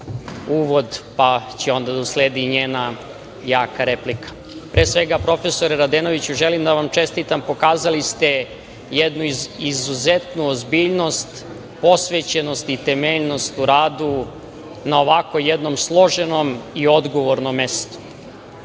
uvod, pa će onda da sledi njena jaka replika. Pre svega, profesore Radenoviću, želim da vam čestitam, pokazali ste jednu izuzetnu ozbiljnost, posvećenost i temeljnost u radu na ovako jednom složenom i odgovornom mestu. Ovo